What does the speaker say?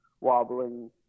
wobbling